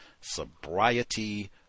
Sobriety